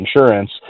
insurance